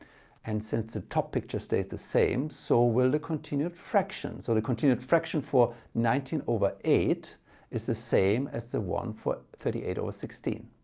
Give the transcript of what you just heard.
and since the top picture stays the same so will the continued fraction. so the continued fraction for nineteen over eight is the same as the one for thirty eight over sixteen.